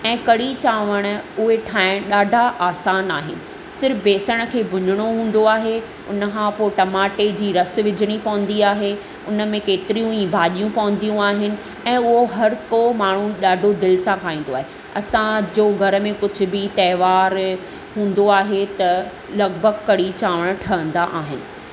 ऐं कढ़ी चांवरु उहे ठाहिणु ॾाढा आसान आहिनि सिर्फ़ु बेसण खे भुञणो हूंदो आहे हुन खां पोइ टमाटे जी रस विझिणी पवंदी आहे हुन में केतिरियूं ई भाॼियूं पवंदियूं आहिनि ऐं उहो हरको माण्हू ॾाढो दिलि सां खाईंदो आहे असां जो घर में कुझु बि त्योहार हूंदो आहे त लॻभॻि कढ़ी चांवरु ठहंदा आहिनि